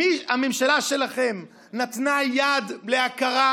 הממשלה שמכירה ברפורמים, אחת,